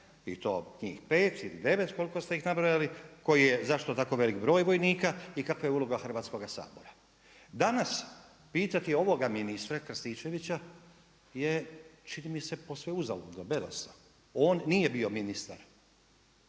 I to njih 5 ili 9 koliko ste ih nabrojali, koji je, zašto tako velik broj vojnika i kakva je uloga Hrvatskoga sabora? Danas pitati ovoga ministra Krstičevića, je čini mi se posve uzaludno, bedasto, on nije bio ministar